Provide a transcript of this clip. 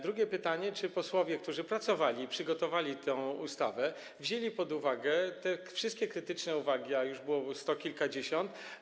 Drugie pytanie: Czy posłowie, którzy pracowali i przygotowali tę ustawę, wzięli pod uwagę te wszystkie krytyczne uwagi, a było już sto kilkadziesiąt.